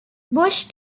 bush